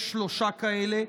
יש שלושה כאלה,